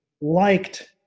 liked